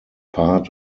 part